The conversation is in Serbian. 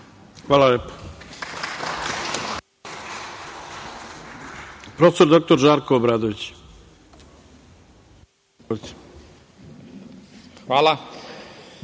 Hvala.